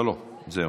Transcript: לא לא, זהו.